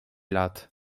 lat